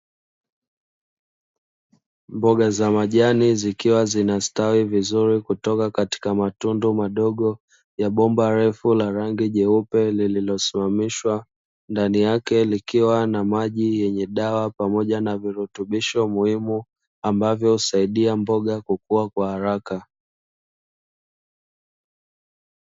Mboga za majani zikiwa zinastawi vizuri kutoka katika matundu madogo ya bomba refu la rangi jeupe, lililosimamishwa ndani yake likiwa na maji yenye dawa pamoja na virutubisho muhimu ambavyo husaidia mboga kukua kwa haraka.